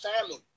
family